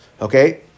Okay